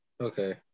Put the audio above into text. Okay